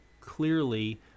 clearly